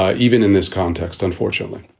ah even in this context, unfortunately,